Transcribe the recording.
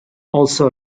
also